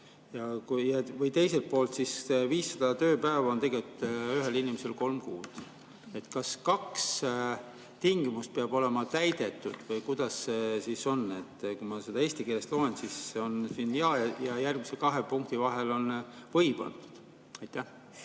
aru. Teiselt poolt, 500 tööpäeva on tegelikult ühel inimesel kolm kuud. Kas kaks tingimust peab olema täidetud või kuidas see on? Kui ma seda eesti keeles loen, siis on siin "ja" ning järgmise kahe punkti vahel on "või". Aitäh,